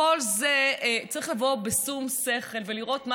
כל זה צריך לבוא בשום שכל ולראות מה